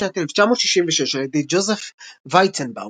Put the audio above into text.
בשנת 1966 על ידי ג'וזף וייצנבאום,